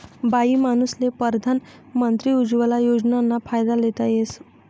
बाईमानूसले परधान मंत्री उज्वला योजनाना फायदा लेता येस